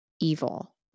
evil